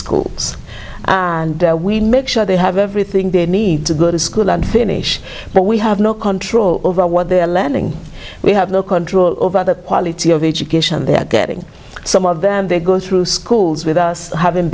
schools and we make sure they have everything they need to go to school and finish but we have no control over what they're lending we have no control over the quality of the education they're getting some of them they go through schools with us having